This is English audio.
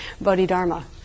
Bodhidharma